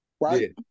Right